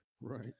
Right